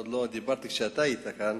עוד לא דיברתי כשאתה היית כאן.